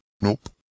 Nope